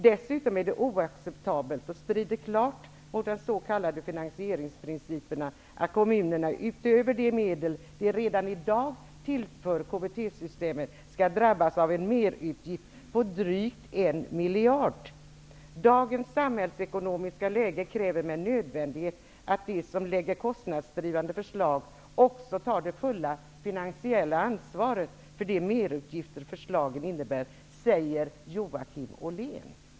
Dessutom är det oacceptabelt och strider klart mot den s.k. finansieringsprincipen, dvs. att kommunera utöver de medel de redan i dag tillför kommittésystemet skall drabbas av en merutgift på drygt 1 miljard kronor. Dagens samhällsekonomiska läge kräver med nödvändighet att de som lägger fram kostnadsdrivande förslag också tar det fulla finansiella ansvaret för de merutgifter förslagen innebär. Detta säger alltså Joakim Ollén.